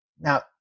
Now